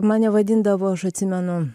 mane vadindavo aš atsimenu